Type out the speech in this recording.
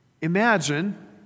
Imagine